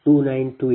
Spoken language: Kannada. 002928 p